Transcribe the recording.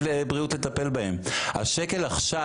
שנתחיל לטפל בנושא השפעת לגיל השלישי עכשיו,